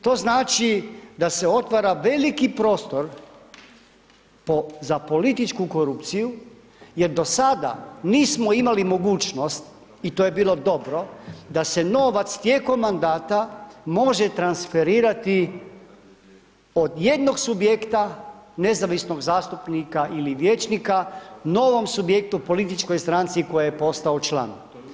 To znači da se otvara veliki prostor za političku korupciju jer do sada nismo imali mogućnost i to je bilo dobro, da se novac tijekom mandata može transferirati od jednog subjekta, nezavisnog zastupnika ili vijećnika, novom subjektu, političkoj stranci koje je postao član.